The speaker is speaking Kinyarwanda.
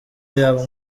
yabo